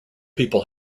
people